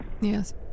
Yes